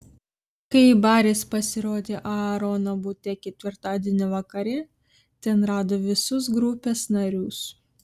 kai baris pasirodė aarono bute ketvirtadienio vakare ten rado visus grupės narius